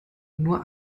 nur